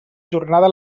jornada